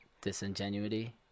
Disingenuity